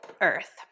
earth